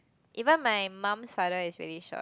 even my mum's father is really short